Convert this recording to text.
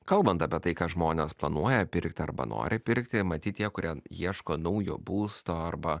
kalbant apie tai ką žmonės planuoja pirkti arba nori pirkti matyt tie kurie ieško naujo būsto arba